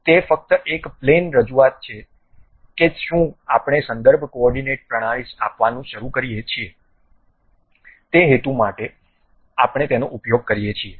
તે ફક્ત એક પ્લેન રજૂઆત છે કે શું આપણે સંદર્ભ કોઑરડીનેટ પ્રણાલી આપવાનું શરૂ કરીએ છીએ તે હેતુ માટે જ આપણે તેનો ઉપયોગ કરીએ છીએ